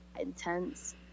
intense